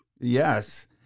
Yes